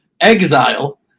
exile